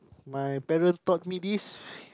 my parent taught me this